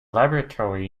laboratory